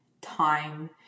time